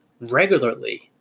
regularly